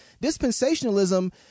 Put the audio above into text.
dispensationalism